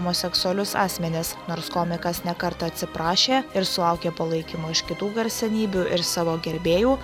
homoseksualius asmenis nors komikas ne kartą atsiprašė ir sulaukė palaikymo iš kitų garsenybių ir savo gerbėjų